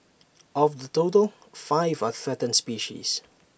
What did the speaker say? of the total five are threatened species